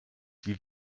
wie